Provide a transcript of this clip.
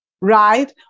right